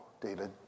David